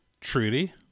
Trudy